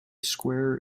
square